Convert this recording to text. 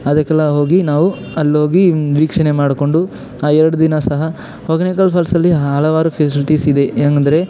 ಅದಕ್ಕೆಲ್ಲ ಹೋಗಿ ನಾವು ಅಲ್ಲೋಗಿ ವೀಕ್ಷಣೆ ಮಾಡಿಕೊಂಡು ಆ ಎರಡೂ ದಿನ ಸಹ ಹೊಗೇನಕಲ್ ಫಾಲ್ಸಲ್ಲಿ ಹಲವಾರು ಫೆಸಿಲಿಟೀಸ್ ಇದೆ ಹೆಂಗಂದ್ರೆ